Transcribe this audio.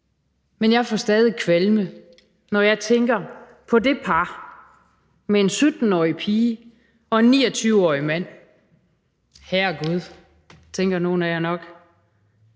men jeg får stadig kvalme, når jeg tænker på det par med en 17-årig pige og en 29-årig mand. Herregud, tænker nogle af jer nok,